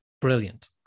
brilliant